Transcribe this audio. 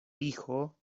hijo